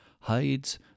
hides